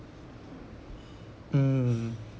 mm